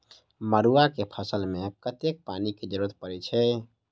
मड़ुआ केँ फसल मे कतेक पानि केँ जरूरत परै छैय?